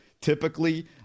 Typically